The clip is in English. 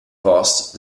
post